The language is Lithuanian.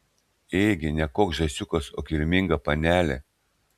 ėgi ne koks žąsiukas o kilminga panelė